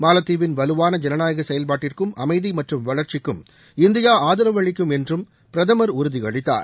மாலத்தீவின் வலுவான ஜனநாயக செயல்பாட்டிற்கும் அமைதி மற்றும் வளர்ச்சிக்கும் இந்தியா ஆதரவு அளிக்கும் என்றும் பிரதமர் உறுதி அளித்தார்